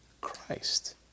Christ